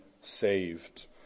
saved